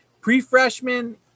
Pre-freshman